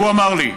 והוא אמר לי,